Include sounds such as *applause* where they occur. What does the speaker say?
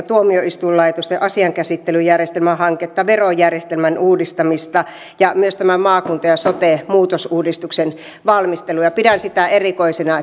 *unintelligible* tuomioistuinlaitoksen asiankäsittelyjärjestelmähanketta verojärjestelmän uudistamista ja myös tämä maakunta ja sote muutosuudistuksen valmistelu pidän sitä erikoisena *unintelligible*